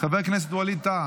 חבר הכנסת ווליד טאהא,